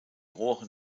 rohre